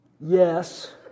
Yes